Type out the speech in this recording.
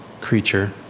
creature